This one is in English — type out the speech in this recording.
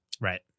Right